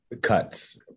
cuts